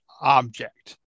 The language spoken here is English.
object